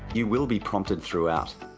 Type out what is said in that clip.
you will be prompted throughout.